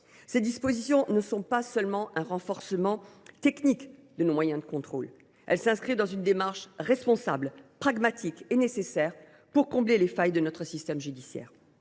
Ces dispositions ne sont pas seulement un renforcement technique de nos moyens de contrôle ; elles constituent une démarche responsable, pragmatique et nécessaire pour combler les failles de notre système judiciaire.